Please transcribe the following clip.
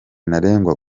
ntarengwa